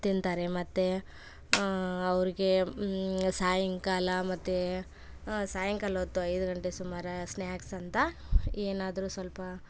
ತಿಂತಾರೆ ಮತ್ತು ಅವ್ರಿಗೆ ಸಾಯಂಕಾಲ ಮತ್ತು ಸಾಯಂಕಾಲ ಹೊತ್ತು ಐದು ಗಂಟೆ ಸುಮಾರು ಸ್ನ್ಯಾಕ್ಸ್ ಅಂತ ಏನಾದರು ಸ್ವಲ್ಪ